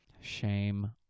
Shame